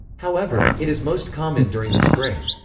however, it is most common during the spring.